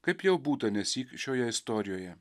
kaip jau būta nesyk šioje istorijoje